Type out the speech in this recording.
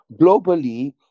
globally